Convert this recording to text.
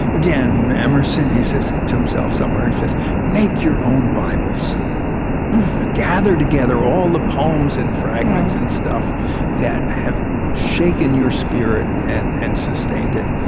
again, emerson, he says to himself, somewhere, he says make your own bibles gather together all the poems and fragments and stuff that have shaken your spirit and and sustained it.